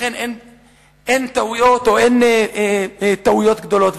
ולכן אין טעויות, או אין טעויות גדולות.